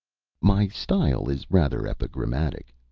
my style is rather epigrammatic,